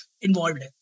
involved